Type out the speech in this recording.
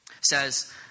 says